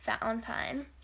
Valentine